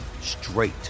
straight